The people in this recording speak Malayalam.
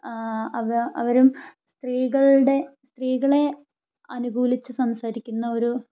അവ അവരും സ്ത്രീകളുടെ സ്ത്രീകളെ അനുകൂലിച്ച് സംസാരിക്കുന്ന ഒരു